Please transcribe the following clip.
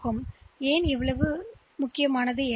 இது ஏன் மிகவும் முக்கியமானது